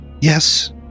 Yes